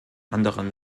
anderen